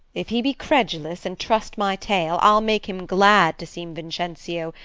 if he be credulous and trust my tale, i'll make him glad to seem vincentio,